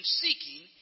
seeking